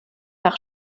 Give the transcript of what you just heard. par